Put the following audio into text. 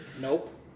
Nope